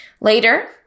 Later